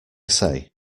say